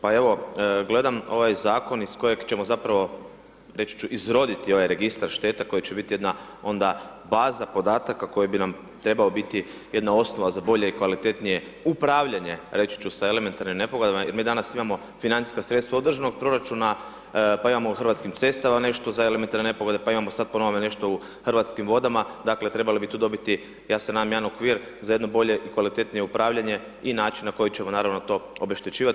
Pa evo, gledam ovaj zakon iz kojeg ćemo zapravo izroditi registar štete koja će biti jedna onda baza podataka koja bi nam trebala biti jedna osnova za bolje i kvalitetnije upravljanje, reći ću sa elementarnim nepogodama, jer mi danas imamo financijska sredstva od državnog proračuna, pa imamo u hrvatskim cestama nešto za elementarne nepogode, pa imamo sada po novinom nešto u Hrvatskim vodama, dakle, trebali bi tu dobiti ja se nadam jedan okvir, za jedno bolje, kvalitetnije upravljanje i način na koji ćemo naravno to obeštećivati.